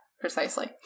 precisely